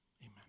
Amen